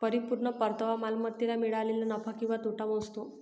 परिपूर्ण परतावा मालमत्तेला मिळालेला नफा किंवा तोटा मोजतो